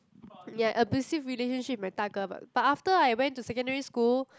ya abusive relationship with my 大哥 but but after I went to secondary school